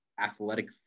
athletic